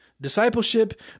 Discipleship